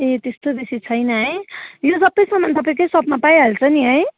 ए त्यस्तो बेसी छैन है यो सबै सामान तपाईँकै सपमा पाइहाल्छ नि है